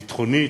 ביטחונית,